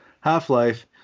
half-life